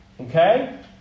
okay